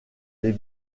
les